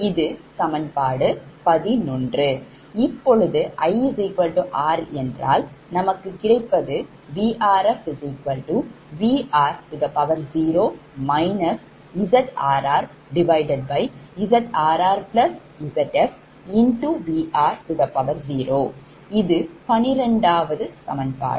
இப்பொழுது ir என்றால் நமக்கு கிடைப்பது VrfVr0 ZrrZrrZfVr0 இதுபன்னிரண்டாவது சமன்பாடு